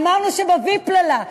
אמרנו שבוופלל"א,